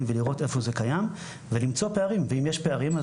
ולראות איפה זה קיים ולמצוא פערים ואם יש פערים,